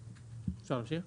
ו-2018".